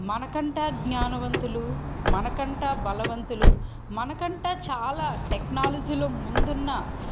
మనకంటు ఙ్ఞానవంతులు మనకంటు బలవంతులు మనకంటు చాలా టెక్నాలజీలో ముందున్న మరి